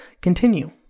continue